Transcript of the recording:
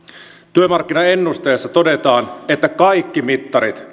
työmarkkinaennusteessa todetaan että kaikki mittarit